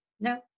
No